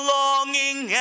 longing